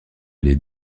les